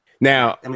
Now